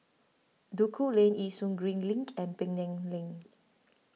Duku Lane Yishun Green LINK and Penang Lane